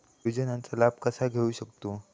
योजनांचा लाभ कसा घेऊ शकतू?